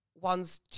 One's